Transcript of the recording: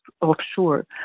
offshore